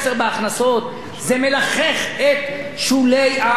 זה מלחך את שולי המשק הישראלי,